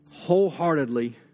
wholeheartedly